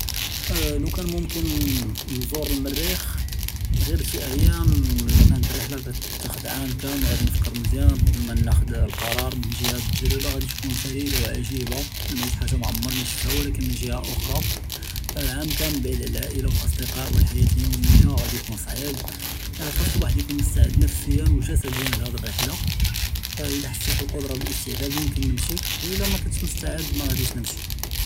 לוכאן מומכן נזור אלמריח׳ ע׳יר שי אייאם, לאכנת אלרהלה כתתאח׳ד עאם כאמל, ראדי נפכּר מזיאן קבל מא נאח׳ד אלקראר מן ג׳יה אלתג׳ריבה, ראדי תכון פרידה ועג׳יבה נעיש חאג׳ה מא עומרני שפתהא, ולכן מן ג׳יה אוכ׳רא עאם כאמל בעיד עלא אלעאילה ולאצדקא ואלחיאת אליומיה ראדי יכון צעיב, ח׳אס אלוואחד יכון מסטעד נפסיא ווג׳סדיא להאד אלרהלה, אלא חסית בלקודרא ולאסתעדאד מומכן נמשי ואלא מא כנתש מסטעד מע׳דיש נמשי.